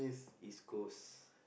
East-Coast